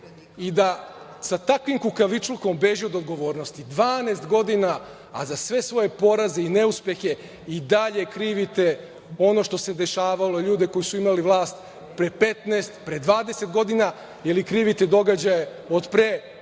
i da sa takvim kukavičlukom beži od odgovornosti, 12 godina, a za sve svoje poraze i neuspehe i dalje krivite ono što se dešavalo, ljudi koji su imali vlast pre 15, pre 20 godina ili krivite događaje od pre